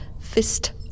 fist